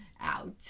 out